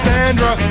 Sandra